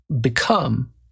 become